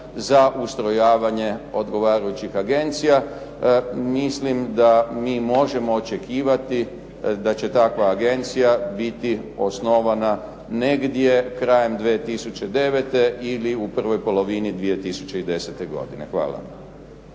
za ustrojavanje odgovarajućih agencija. Mislim da mi možemo očekivati da će takva agencija biti osnovana negdje krajem 2009. ili u prvoj polovini 2010. godine. Hvala.